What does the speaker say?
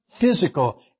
physical